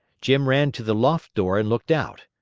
jim ran to the loft door and looked out.